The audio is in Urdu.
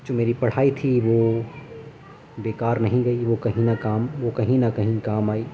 جو میری پڑھائی تھی وہ بیکار نہیں گئی وہ کہیں نہ کام وہ کہیں نہ کہیں کام آئی